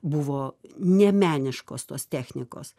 buvo nemeniškos tos technikos